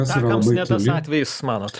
atakams ne tas atvejis manot